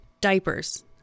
diapers